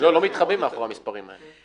מתחבאים מאחורי המספרים האלה.